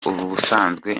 ubusanzwe